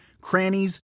crannies